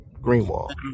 Greenwall